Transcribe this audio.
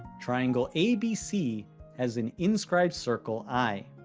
triangle abc has an inscribed circle i.